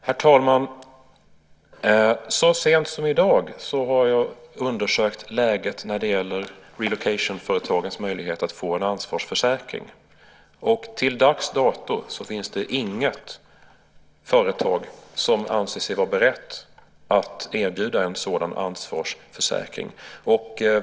Herr talman! Så sent som i dag har jag undersökt läget när det gäller relocation företagens möjligheter att få en ansvarsförsäkring. Till dags dato finns det inget företag som anser sig vara berett att erbjuda en sådan ansvarsförsäkring.